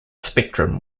spectrum